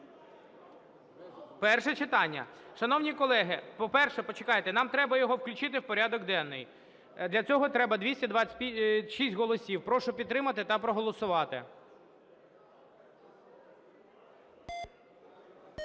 Перше читання. Шановні колеги, по-перше, почекайте, нам треба його включити в порядок денний, для цього треба 226 голосів. Прошу підтримати та проголосувати.